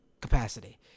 capacity